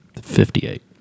Fifty-eight